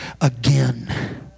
again